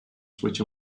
switch